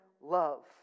love